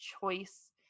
choice